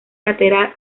lateral